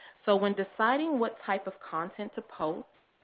so when deciding what type of content to post,